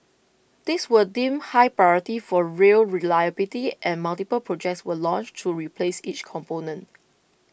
these were deemed high priority for rail reliability and multiple projects were launched to replace each component